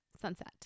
sunset